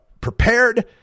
prepared